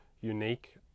unique